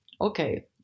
Okay